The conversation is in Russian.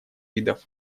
видов